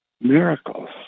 miracles